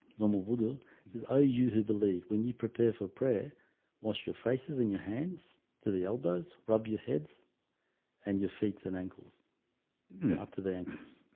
um voodoo, this is o you who believe when you prepare for prayer wash your faces in your hands to the elbows rub your heads and your feets and ankles yeah after the and